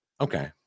Okay